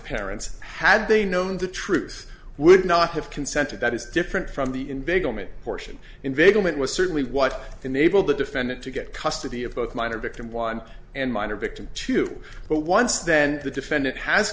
parents had they known the truth would not have consented that is different from the in bigamy portion invading it was certainly what enabled the defendant to get custody of both minor victim one and minor victim two but once then the defendant has